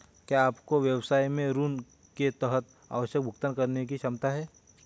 क्या आपके व्यवसाय में ऋण के तहत आवश्यक भुगतान करने की क्षमता है?